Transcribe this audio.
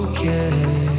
Okay